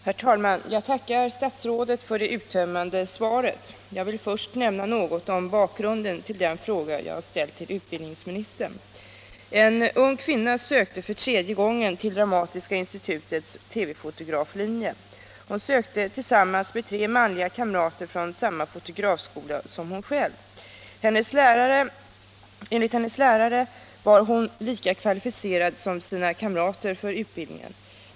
Herr talman! Jag tackar utbildningsministern för det uttömmande svaret. Jag vill först nämna något om bakgrunden till den fråga jag har ställt. En ung kvinna sökte för tredje gången till Dramatiska institutets TV 117 fotograflinje. Hon sökte tillsammans med tre manliga kamrater från samma fotografskola som hon själv. Enligt hennes lärare var hon lika kvalificerad som sina kamrater för utbildningen.